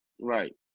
Right